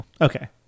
Okay